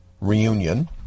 reunion